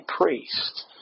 priest